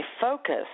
focus